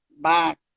back